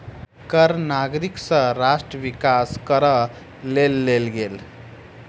कर नागरिक सँ राष्ट्र विकास करअ लेल गेल